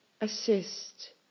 assist